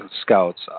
scouts